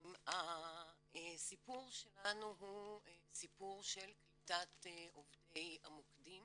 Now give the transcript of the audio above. הסיפור שלנו הוא סיפור של קליטת עובדי המוקדים